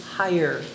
higher